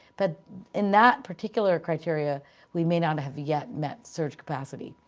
but in that particular criteria we may not have yet met surge capacity.